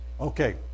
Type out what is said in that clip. okay